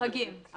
בחגים.